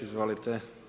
Izvolite.